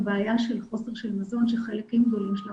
אבל